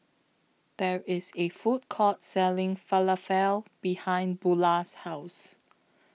There IS A Food Court Selling Falafel behind Bulah's House